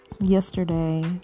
yesterday